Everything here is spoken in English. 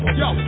yo